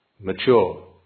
mature